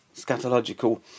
scatological